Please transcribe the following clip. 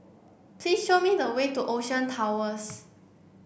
please show me the way to Ocean Towers